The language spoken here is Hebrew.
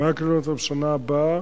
100 ק"מ בשנה הבאה,